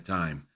time